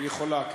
יכולה.